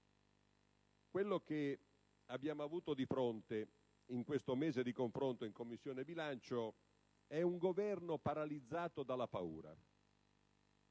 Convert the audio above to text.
quello che abbiamo avuto di fronte in questo mese di confronto in Commissione bilancio è un Governo paralizzato dalla paura: